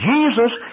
Jesus